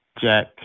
Jack